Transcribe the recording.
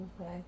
Okay